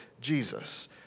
Jesus